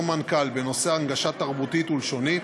המנכ"ל בנושא הנגשה תרבותית ולשונית,